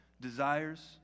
desires